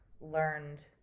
learned